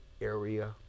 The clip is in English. area